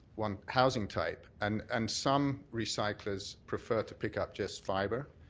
one housing type. and and some recyclers prefer to pick up just fiber.